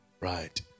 Right